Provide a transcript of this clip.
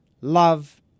love